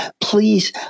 please